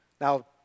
Now